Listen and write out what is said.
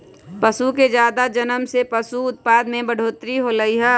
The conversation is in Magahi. पशु के जादा जनम से पशु उत्पाद में बढ़ोतरी होलई ह